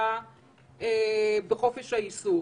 לפני,